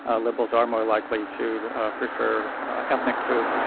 ah liberals are more likely to prefer ethnic food.